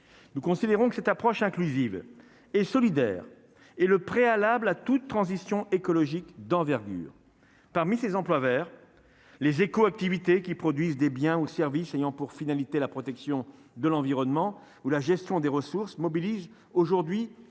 nous considérons que cette approche inclusive et solidaire est le préalable à toute transition écologique d'envergure parmi ces emplois vers les Échos activités qui produisent des biens ou services ayant pour finalité la protection de l'environnement ou la gestion des ressources mobilisées aujourd'hui